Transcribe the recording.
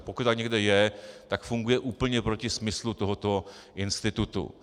Pokud někde je, tak funguje úplně proti smyslu tohoto institutu.